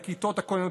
וכיתות הכוננות,